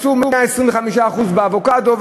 מצאו 125% באבוקדו,